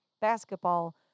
basketball